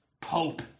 pope